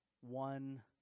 one